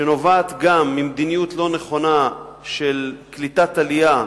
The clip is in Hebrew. שנובעת גם ממדיניות לא נכונה של קליטת עלייה,